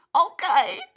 Okay